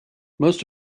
most